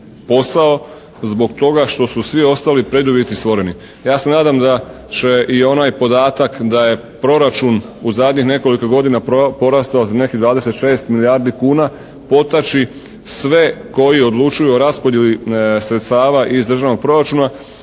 posao zbog toga što su svi ostali preduvjeti stvoreni. Ja se nadam da će i onaj podatak da je proračun u zadnjih nekoliko godina porastao za nekih 26 milijardi kuna, potaći sve koji odlučuju o raspodjeli sredstava iz Državnog proračuna